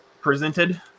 presented